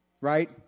Right